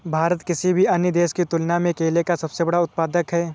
भारत किसी भी अन्य देश की तुलना में केले का सबसे बड़ा उत्पादक है